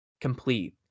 complete